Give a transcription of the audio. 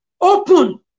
open